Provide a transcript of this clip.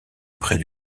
près